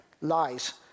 lies